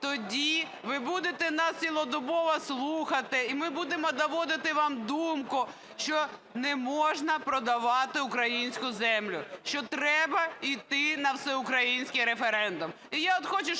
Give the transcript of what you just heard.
тоді ви будете нас цілодобово слухати. І ми будемо доводити вам думку, що не можна продавати українську землю, що треба іти на всеукраїнський референдум.